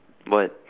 what